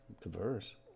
diverse